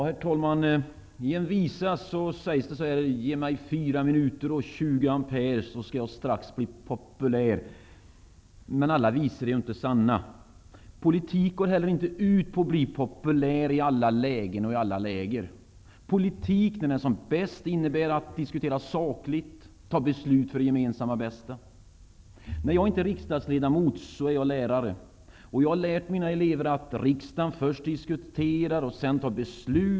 Herr talman! I en visa sägs det: ''Ge mig fyra minuter och 20 ampere så skall jag strax bli populär.'' Men alla visor är inte sanna. Politik går heller inte ut på att man skall bli populär i alla lägen och i alla läger. Politik när den är som bäst innebär i stället att diskutera sakligt och ta beslut för det gemensamma bästa. När jag inte är riksdagsledamot är jag lärare. Jag har lärt mina elever att riksdagen först disuterar och sedan tar beslut.